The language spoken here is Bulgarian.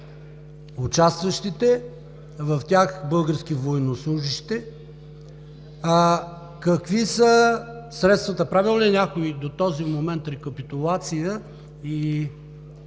участващите в тях български военнослужещи; какви са средствата – правил ли е някой до този момент рекапитулация, и